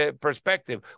perspective